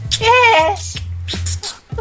Yes